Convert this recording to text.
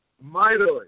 mightily